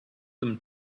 them